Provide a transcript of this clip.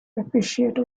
appreciate